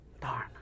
Darn